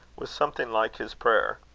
with something like his prayer.